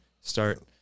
Start